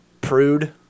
prude